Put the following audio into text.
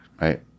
right